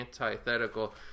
antithetical